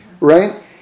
right